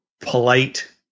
polite